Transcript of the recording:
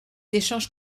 échanges